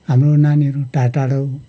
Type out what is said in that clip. हाम्रो नानीहरू टाढ टाढो